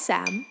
Sam